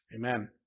Amen